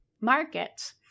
markets